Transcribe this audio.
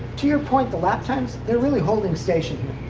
to your point, the lap times? they're rally holding station